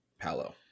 Palo